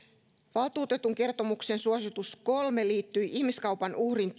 valtuutetun kertomuksen suositus kolme liittyi ihmiskaupan uhrin